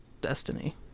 Destiny